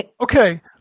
okay